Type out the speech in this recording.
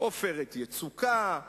"עופרת יצוקה",